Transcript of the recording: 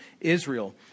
Israel